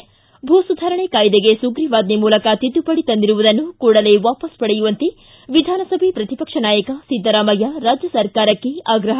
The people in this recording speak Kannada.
ಿಗಿ ಭೂ ಸುಧಾರಣೆ ಕಾಯಿದೆಗೆ ಸುಗ್ರೀವಾಜ್ಞೆ ಮೂಲಕ ತಿದ್ಲುಪಡಿ ತಂದಿರುವುದನ್ನು ಕೂಡಲೇ ವಾಪಸ್ ಪಡೆಯುವಂತೆ ವಿಧಾನಸಭೆ ಪ್ರತಿಪಕ್ಷ ನಾಯಕ ಸಿದ್ದರಾಮಯ್ಯ ರಾಜ್ಯ ಸರ್ಕಾರಕ್ಕೆ ಆಗ್ರಹ